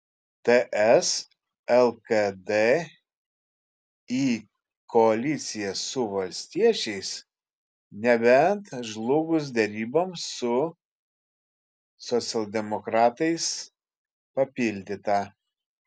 ts lkd į koaliciją su valstiečiais nebent žlugus deryboms su socialdemokratais papildyta